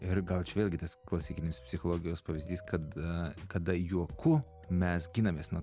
ir gal čia vėlgi tas klasikinis psichologijos pavyzdys kada kada juoku mes ginamės nuo